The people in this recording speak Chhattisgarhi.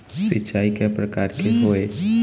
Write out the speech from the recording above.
सिचाई कय प्रकार के होये?